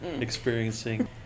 experiencing